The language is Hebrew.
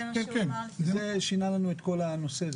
זה שינה לנו את כל הנושא.